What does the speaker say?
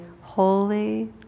holy